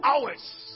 hours